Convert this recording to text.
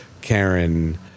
Karen